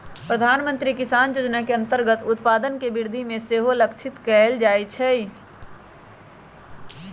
प्रधानमंत्री किसान जोजना के अंतर्गत उत्पादन में वृद्धि के सेहो लक्षित कएल जाइ छै